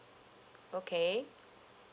okay